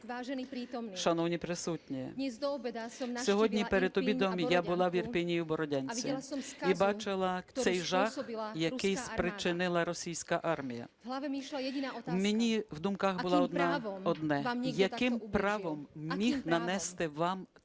Шановні присутні! Сьогодні перед обідом я була в Ірпені і в Бородянці і бачила цей жах, який спричинила російська армія. У мене в думках було одне: яким правом міг нанести вам таку